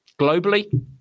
Globally